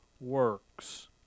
works